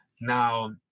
Now